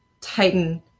Titan